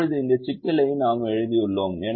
இப்போது இந்த சிக்கலை நாம் எழுதியுள்ளோம்